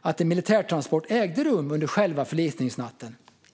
att en militärtransport ägde rum under själva förlisningsnatten.